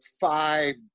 five